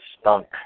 stunk